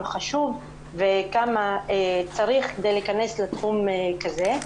חשוב וכמה צריך כדי להיכנס לתחום כזה.